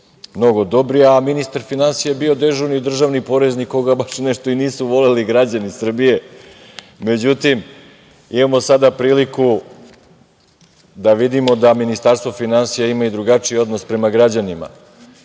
mnogo dobri, a minisar finansija je bio dežurni državni poreznik koga baš nešto i nisu voleli građani Srbije. Međutim, sada imamo priliku da vidimo da Ministarstvo finansija ima i drugačiji odnos prema građanima. Potpuno